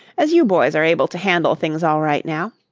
as you boys are able to handle things all right now,